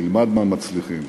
תלמד מהמצליחים